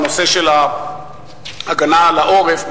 בנושא של ההגנה על העורף,